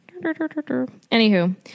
Anywho